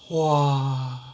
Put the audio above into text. !wah!